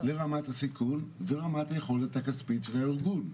לרמת הסיכון ורמת היכולת הכספית של הארגון,